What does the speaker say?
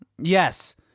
Yes